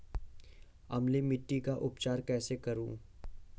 अम्लीय मिट्टी का उपचार कैसे करूँ?